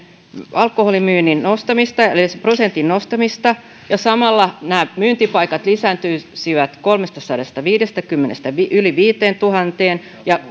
alkoholimyynnin prosentin nostamista ja samalla nämä myyntipaikat lisääntyisivät kolmestasadastaviidestäkymmenestä yli viiteentuhanteen ja